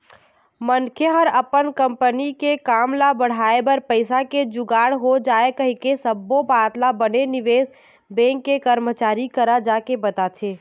मनखे ह अपन कंपनी के काम ल बढ़ाय बर पइसा के जुगाड़ हो जाय कहिके सब्बो बात ल बने निवेश बेंक के करमचारी करा जाके बताथे